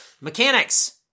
Mechanics